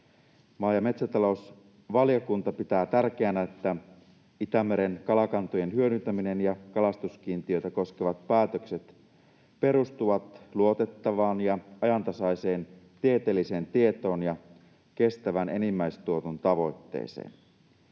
Maa- ja metsätalousvaliokunta pitää tärkeänä, että Itämeren kalakantojen hyödyntäminen ja kalastuskiintiötä koskevat päätökset perustuvat luotettavaan ja ajantasaiseen tieteelliseen tietoon ja kestävän enimmäistuotannon tavoitteeseen.